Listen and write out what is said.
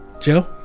Joe